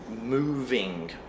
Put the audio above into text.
moving